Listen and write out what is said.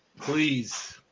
Please